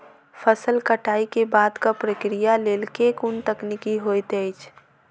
फसल कटाई केँ बादक प्रक्रिया लेल केँ कुन तकनीकी होइत अछि?